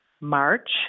March